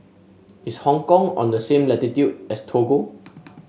is Hong Kong on the same latitude as Togo